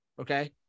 Okay